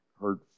heard